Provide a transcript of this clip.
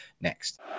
Next